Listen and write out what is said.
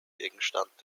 gegenstand